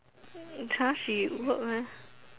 then in class she work meh